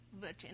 virgin